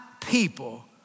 people